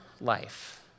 life